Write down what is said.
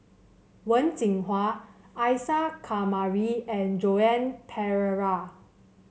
Wen Jinhua Isa Kamari and Joan Pereira